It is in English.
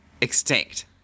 extinct